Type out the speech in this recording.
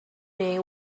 day